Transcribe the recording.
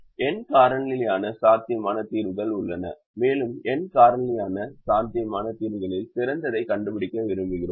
N காரணியாலான சாத்தியமான தீர்வுகள் உள்ளன மேலும் n காரணியாலான சாத்தியமான தீர்வுகளில் சிறந்ததைக் கண்டுபிடிக்க விரும்புகிறோம்